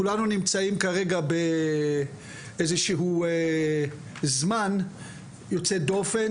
כולנו נמצאים כרגע באיזשהו זמן יוצא דופן,